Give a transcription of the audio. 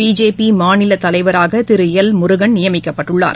BJP மாநிலத் தலைவராக Thiru L Murugan நியமிக்கப்பட்டுள்ளார்